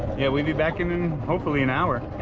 yeah we'll be back in hopefully an hour